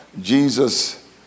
Jesus